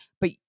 but-